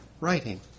writing